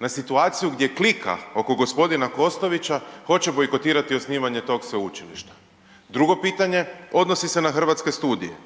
na situaciju gdje klika oko gospodina Kostovića hoće bojkotirati osnivanje tog sveučilišta? Drugo pitanje odnosi se na Hrvatske studije.